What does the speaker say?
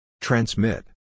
Transmit